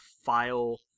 file